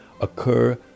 occur